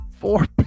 Four